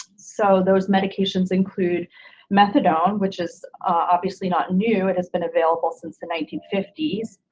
so those medications include methadone, which is obviously not new and has been available since the nineteen fifty s.